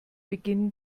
beginnen